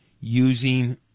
using